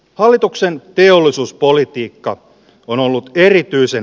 hallituksen teollisuuspolitiikka on ollut erityisen